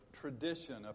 tradition